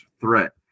threat